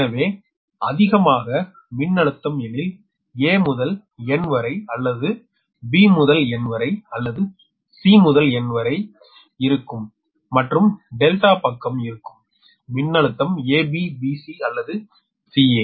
எனவே அதிகமாக மின்னழுத்தம் எனில் A முதல் N வரை அல்லது B முதல் N வரை அல்லது C முதல் N வரை இருக்கும்மற்றும் டெல்டா பக்கம் இருக்கும் மின்னழுத்தம் AB BC அலலது CA